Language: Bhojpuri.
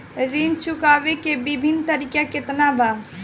ऋण चुकावे के विभिन्न तरीका केतना बा?